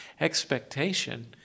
expectation